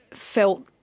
Felt